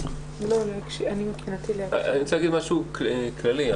אני רוצה להגיד משהו כללי.